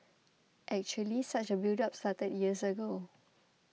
actually such a buildup started years ago